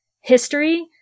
history